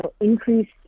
increase